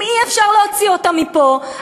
אם אי-אפשר להוציא אותם מפה,